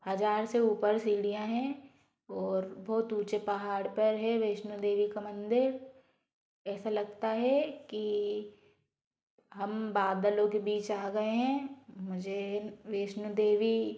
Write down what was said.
हज़ार से ऊपर सीढ़ियाँ हैं और बहुत ऊँचे पहाड़ पर है वैष्णो देवी का मंदिर ऐसा लगता है कि हम बादलों के बीच आ गए हैं मुझे वैष्णो देवी